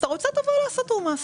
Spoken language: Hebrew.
אתה רוצה - תבוא לעשות תיאום מס.